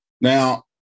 Now